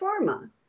pharma